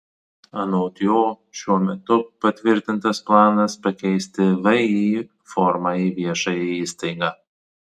anot jo šiuo metu patvirtintas planas pakeisti vį formą į viešąją įstaigą